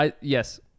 yes